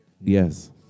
Yes